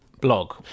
blog